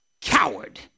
coward